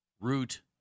root